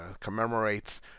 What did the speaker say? commemorates